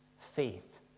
faith